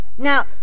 Now